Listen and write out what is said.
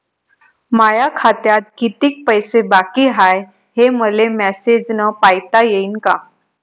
माया खात्यात कितीक पैसे बाकी हाय, हे मले मॅसेजन पायता येईन का?